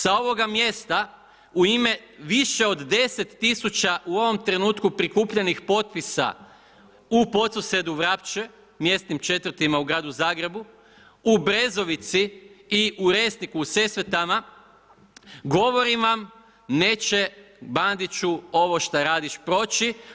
Sa ovoga mjesta, u ime više od 10 tisuća u ovom trenutku prikupljenih potpisa u Podsusedu-Vrapče, mjesnim četvrtima u gradu Zagrebu, u Brezovici i u Resniku u Sesvetama, govorim vam, neće Bandiću ovo što radiši proći.